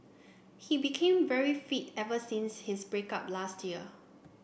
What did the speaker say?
he became very fit ever since his break up last year